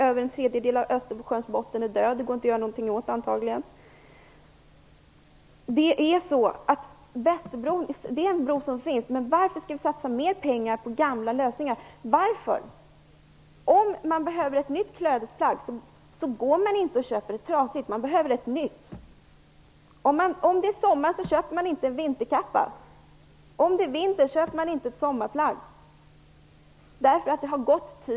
Över en tredjedel av Östersjöns botten är död, och det går förmodligen inte att göra någonting åt det. Västerbron finns, men varför skall vi satsa mer pengar på gamla lösningar? Om man behöver ett nytt klädesplagg, går man inte ut och köper ett trasigt. Om det är sommar köper man inte en vinterkappa, och om det är vinter köper man inte sommarplagg.